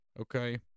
okay